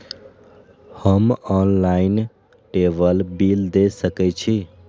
हम ऑनलाईनटेबल बील दे सके छी?